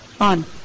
on